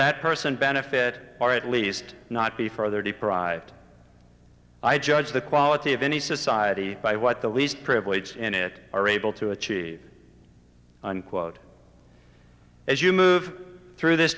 that person benefit or at least not be further deprived i judge the quality of any society by what the least privileged in it are able to achieve unquote as you move through this